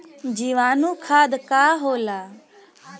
जीवाणु खाद का होला?